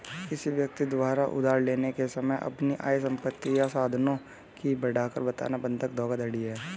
किसी व्यक्ति द्वारा उधार लेने के समय अपनी आय, संपत्ति या साधनों की बढ़ाकर बताना बंधक धोखाधड़ी है